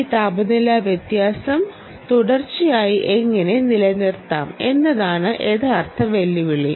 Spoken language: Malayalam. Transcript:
ഈ താപനില വ്യത്യാസം തുടർച്ചയായി എങ്ങനെ നിലനിർത്താം എന്നതാണ് യഥാർത്ഥ വെല്ലുവിളി